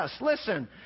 Listen